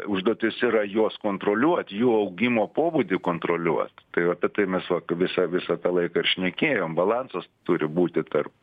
užduotis yra juos kontroliuot jų augimo pobūdį kontroliuot tai apie tai mes vakar visą visą tą laiką ir šnekėjom balansas turi būti tarp